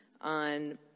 on